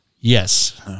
Yes